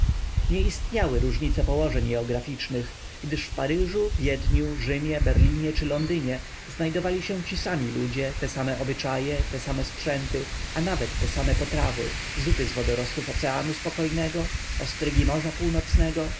nie istniały różnice położeń jeograficznych gdyż w paryżu wiedniu rzymie berlinie czy londynie znajdowali się ci sami ludzie te same obyczaje te same sprzęty a nawet te same potrawy zupy z wodorostów oceanu spokojnego ostrygi morza północnego